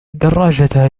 الدراجة